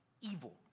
evil